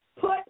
put